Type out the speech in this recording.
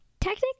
Technically